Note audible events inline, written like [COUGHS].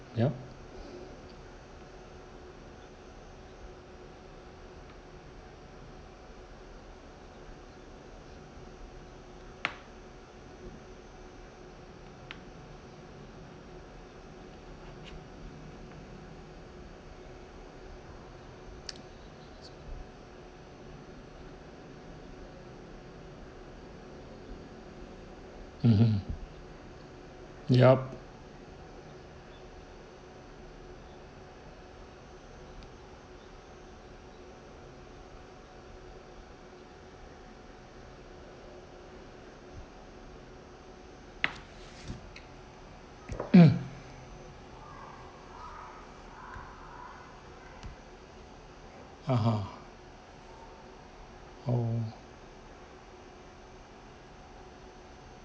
yup mmhmm yup [COUGHS] (uh huh) oh